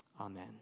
amen